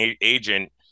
agent